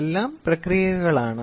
അതിനാൽ എല്ലാം പ്രക്രിയകളാണ്